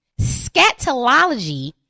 scatology